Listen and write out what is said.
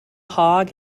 hog